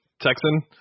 Texan